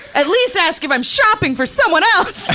at least ask if i am shopping for someone else, how